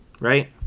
right